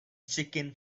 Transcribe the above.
chicken